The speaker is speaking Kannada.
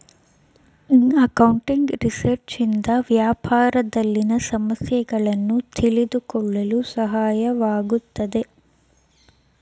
ಅಕೌಂಟಿಂಗ್ ರಿಸರ್ಚ್ ಇಂದ ವ್ಯಾಪಾರದಲ್ಲಿನ ಸಮಸ್ಯೆಗಳನ್ನು ತಿಳಿದುಕೊಳ್ಳಲು ಸಹಾಯವಾಗುತ್ತದೆ